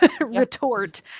retort